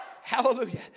Hallelujah